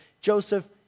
Joseph